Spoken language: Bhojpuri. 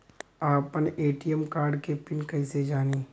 आपन ए.टी.एम कार्ड के पिन कईसे जानी?